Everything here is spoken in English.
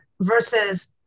versus